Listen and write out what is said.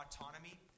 autonomy